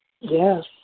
Yes